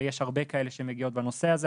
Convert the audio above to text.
ויש הרבה כאלה שמגיעות בנושא הזה.